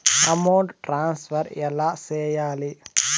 amount transfer ఎలా సేయాలి